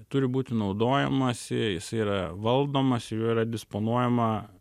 turi būti naudojamasi jisai yra valdomas ir juo yra disponuojama